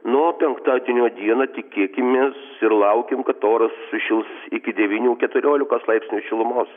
nu o penktadienio dieną tikėkimės ir laukim kad oras sušils iki devynių keturiolikos laipsnių šilumos